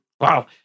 Wow